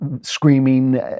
screaming